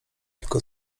tylko